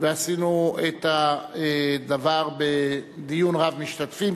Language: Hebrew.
עשינו את הדבר בדיון רב-משתתפים,